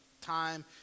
time